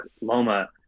Loma